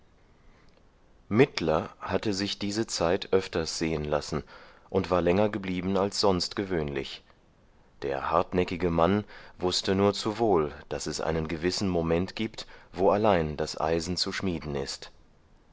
mittler hatte sich diese zeit öfters sehen lassen und war länger geblieben als sonst gewöhnlich der hartnäckige mann wußte nur zu wohl daß es einen gewissen moment gibt wo allein das eisen zu schmieden ist